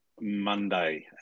Monday